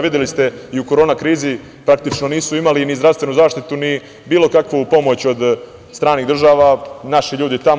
Videli ste i u korona krizi praktično da nisu imali ni zdravstvenu zaštitu, ni bilo kakvu pomoć od stranih država naši ljudi tamo.